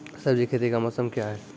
सब्जी खेती का मौसम क्या हैं?